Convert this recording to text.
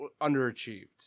underachieved